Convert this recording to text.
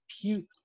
puke